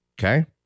Okay